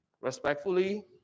respectfully